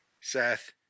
Seth